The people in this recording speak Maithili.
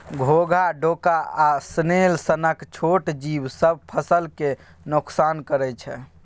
घोघा, डोका आ स्नेल सनक छोट जीब सब फसल केँ नोकसान करय छै